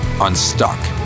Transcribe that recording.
unstuck